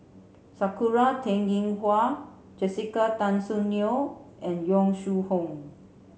Sakura Teng Ying Hua Jessica Tan Soon Neo and Yong Shu Hoong